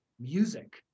music